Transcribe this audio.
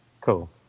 cool